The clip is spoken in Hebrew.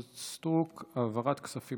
של חברת הכנסת סטרוק: העברת כספים